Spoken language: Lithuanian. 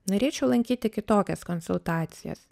norėčiau lankyti kitokias konsultacijas